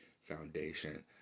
foundation